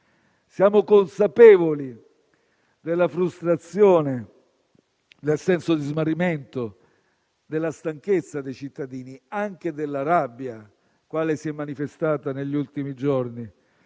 Siamo consapevoli della frustrazione, del senso di smarrimento, della stanchezza dei cittadini e anche della rabbia che si è manifestata negli ultimi giorni.